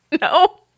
No